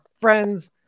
friends